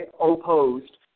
opposed